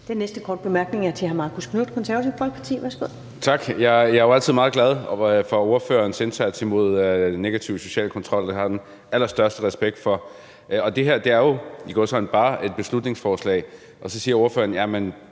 Den næste korte bemærkning er til hr. Marcus Knuth, Det Konservative Folkeparti. Værsgo. Kl. 18:44 Marcus Knuth (KF): Tak. Jeg er jo altid meget glad for ordførerens indsats imod negativ social kontrol, og det har jeg den allerstørste respekt for. Det her er jo – i gåseøjne – bare et beslutningsforslag, og så siger ordføreren,